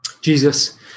Jesus